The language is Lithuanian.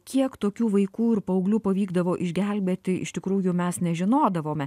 kiek tokių vaikų ir paauglių pavykdavo išgelbėti iš tikrųjų mes nežinodavome